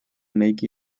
make